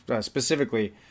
specifically